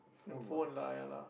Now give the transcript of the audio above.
and phone lah ya lah